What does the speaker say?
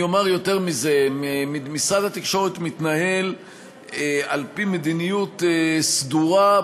אני אומר יותר מזה: משרד התקשורת מתנהל על-פי מדיניות סדורה,